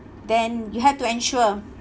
then you have to ensure